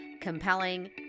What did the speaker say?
compelling